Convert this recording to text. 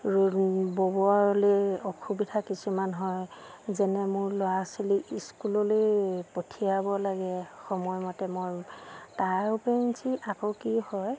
ব'বলৈ অসুবিধা কিছুমান হয় যেনে মোৰ ল'ৰা ছোৱালীক স্কুললৈ পঠিয়াব লাগে সময়মতে মই তাৰ ওপৰঞ্চি আকৌ কি হয়